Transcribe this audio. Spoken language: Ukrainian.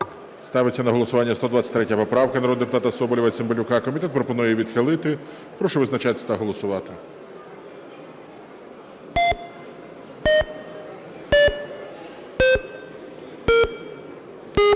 Ставиться на голосування 123 поправка народних депутатів Соболєва і Цимбалюка. Комітет пропонує відхилити. Прошу визначатись та голосувати.